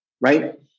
right